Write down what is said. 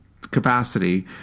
capacity